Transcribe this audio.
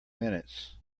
minutes